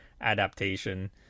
adaptation